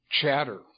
chatter